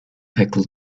pickle